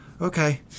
okay